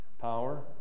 Power